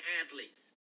athletes